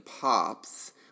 pops